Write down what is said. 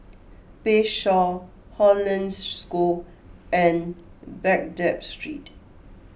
Bayshore Hollandse School and Baghdad Street